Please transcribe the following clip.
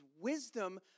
wisdom